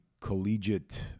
collegiate